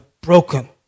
broken